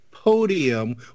Podium